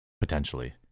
potentially